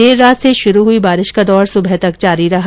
देर रात से शुरू हुई बारिश का दौर सुबह तक जारी रहा